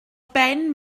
ben